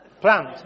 Plant